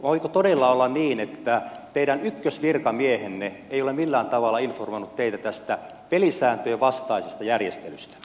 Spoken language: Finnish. voiko todella olla niin että teidän ykkösvirkamiehenne ei ole millään tavalla informoinut teitä tästä pelisääntöjen vastaisesta järjestelystä